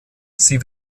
sie